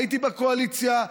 הייתי בקואליציה,